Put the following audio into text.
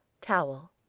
Towel